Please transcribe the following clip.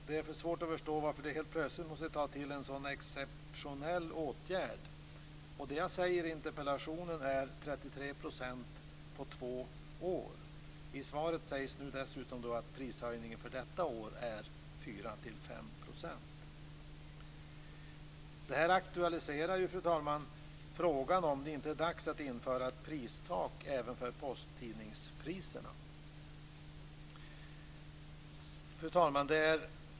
Det är svårt att förstå varför man plötsligt måste ta till en sådan exceptionell åtgärd. I interpellationen framhåller jag 33 % på två år. Av svaret framgick att prishöjningen för detta år är 4-5 %. Detta aktualiserar, fru talman, frågan om det inte är dags att införa ett pristak även för posttidningspriserna. Fru talman!